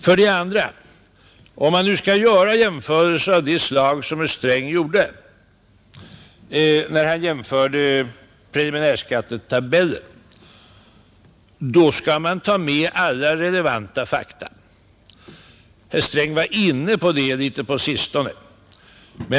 För det andra: Om man nu skall göra jämförelser av det slag som herr Sträng gjorde när han jämförde preliminärskattetabeller, då skall man ta med alla relevanta fakta; herr Sträng var inne på det litet på sistone.